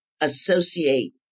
associate